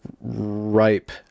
ripe